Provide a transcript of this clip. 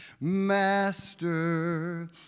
Master